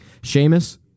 Seamus